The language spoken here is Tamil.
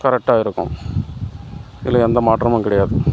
கரெட்டாக இருக்கும் இதில் எந்த மாற்றமும் கிடையாது